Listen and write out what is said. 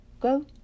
Go